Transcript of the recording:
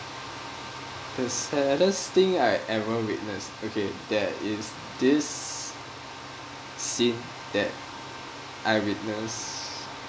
the saddest thing I ever witnessed okay there is this scene that I witness